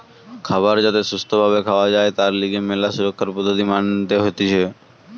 খাবার যাতে সুস্থ ভাবে খাওয়া যায় তার লিগে ম্যালা সুরক্ষার পদ্ধতি মানতে হতিছে